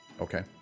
Okay